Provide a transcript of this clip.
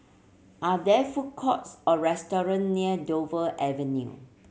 are there food courts or restaurant near Dover Avenue